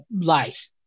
life